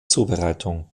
zubereitung